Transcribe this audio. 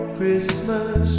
Christmas